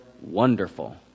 wonderful